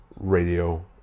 radio